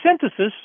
synthesis